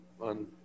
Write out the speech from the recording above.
on